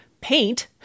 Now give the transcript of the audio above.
paint